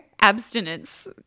abstinence